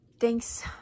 thanks